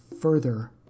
further